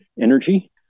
energy